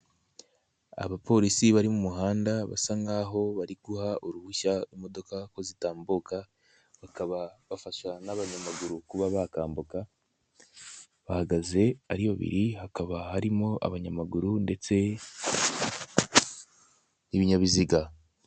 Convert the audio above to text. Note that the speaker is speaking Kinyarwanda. Abapolisi bari mu muhanda basa nk'aho bari guha uruhushya imodoka ko zitambuka bakaba bafasha n'abanyamaguru kuba bakambuka, bahagaze ari babiri hakaba harimo abanyamaguru ndetse n'ibinyabiziga.